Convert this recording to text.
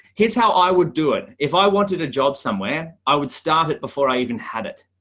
here's how i would do it. if i wanted a job somewhere. i would start it before i even had it.